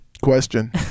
Question